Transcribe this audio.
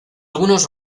algunos